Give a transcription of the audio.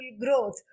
growth